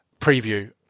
preview